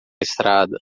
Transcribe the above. estrada